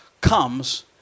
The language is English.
comes